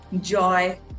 joy